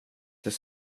till